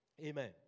Amen